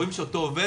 רואים שאותו עובד,